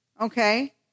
okay